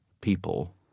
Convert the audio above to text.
people